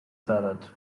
salad